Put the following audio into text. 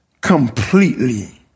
completely